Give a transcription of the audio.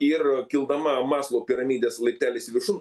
ir kildama maslau piramidės laipteliais viršun